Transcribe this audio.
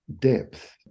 depth